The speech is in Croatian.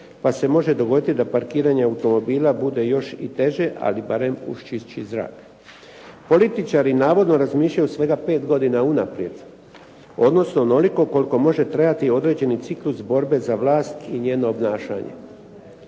pa se može dogoditi da parkiranje automobila bude još i teže ali barem uz čišći zrak. Političari navodno razmišljaju svega pet godina unaprijed, odnosno onoliko koliko može trajati određeni ciklus borbe za vlast i njeno obnašanje.